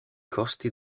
costi